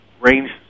range